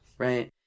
Right